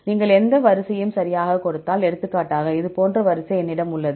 நீங்கள் எந்த வரிசையையும் சரியாகக் கொடுத்தால் எடுத்துக்காட்டாக இது போன்ற ஒரு வரிசை என்னிடம் உள்ளது